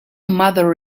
mother